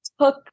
took